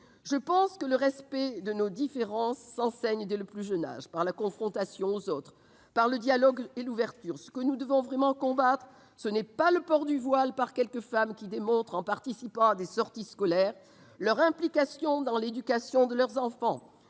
Je pense que le respect de nos différences s'enseigne dès le plus jeune âge, par la confrontation aux autres, par le dialogue et l'ouverture. Ce que nous devons vraiment combattre, ce n'est pas le port du voile par quelques femmes qui démontrent, en participant à des sorties scolaires, leur implication dans l'éducation de leurs enfants.